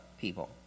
people